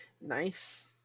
Nice